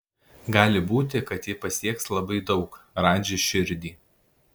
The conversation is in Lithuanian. gali būti kad ji pasieks labai daug radži širdį